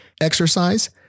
exercise